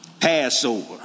Passover